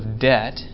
debt